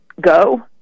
go